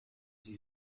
sie